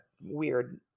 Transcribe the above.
weird